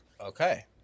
okay